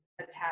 attach